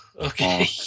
Okay